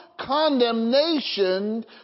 condemnation